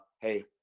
Hey